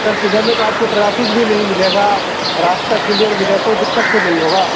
سر صبح میں تو آپ کو ٹریفک بھی نہیں ملے گا راستہ کلیئر ملے گا کوئی دقت تو نہیں ہوگا